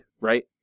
right